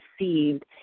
received